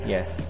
Yes